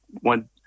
one